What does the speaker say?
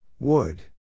Wood